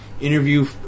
interview